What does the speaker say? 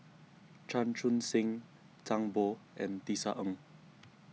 Chan Chun Sing Zhang Bo and Tisa Ng